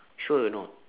sure or not